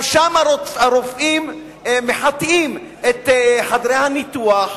גם שם הרופאים מחטאים את חדרי הניתוח,